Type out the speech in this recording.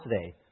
today